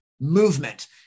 movement